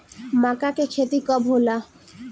माका के खेती कब होला?